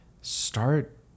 start